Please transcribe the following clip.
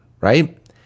right